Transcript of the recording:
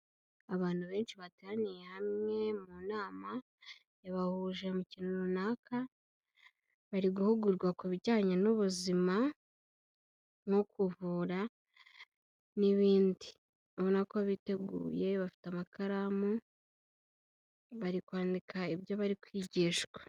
Abantu benshi bateraniye hamwe mu nama yabahuje mu kintu runaka, bari guhugurwa ku bijyanye n'ubuzima nko kuvura n'ibindi, urabona ko biteguye bafite amakaramu, bari kwandika ibyo bari kwigishwa.